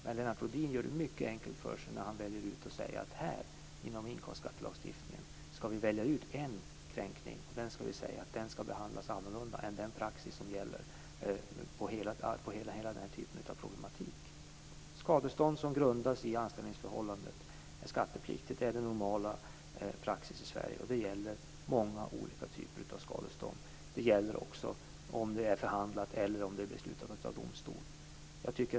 Men Lennart Rohdin gör det mycket enkelt för sig när han säger att inom inkomstskattelagstiftningen skall vi välja ut en kränkning och säga att den skall behandlas annorlunda än den praxis som gäller hela den här typen av problematik. Normal praxis i Sverige är att skadestånd som grundas på anställningsförhållandet är skattepliktigt. Det gäller många olika typer av skadestånd. Det gäller också om skadeståndet har förhandlats fram eller har beslutats av domstol.